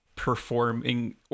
performing